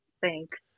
Thanks